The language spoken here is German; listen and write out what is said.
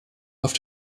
auf